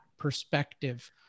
perspective